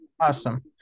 awesome